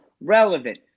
relevant